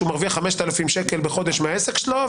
מרוויח 5,000 שקל בחודש מהעסק שלו,